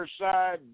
side